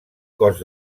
cos